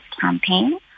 campaign